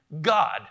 God